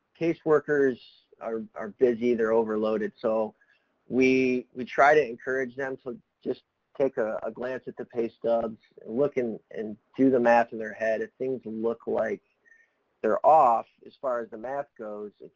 caseworkers are are busy, they're overloaded, so we, we try to encourage them to just take a ah glance at the pay stubs, looking and do the math to their head. if things look like they're off, as far as the math goes,